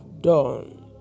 done